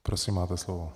Prosím, máte slovo.